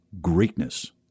greatness